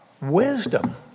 Wisdom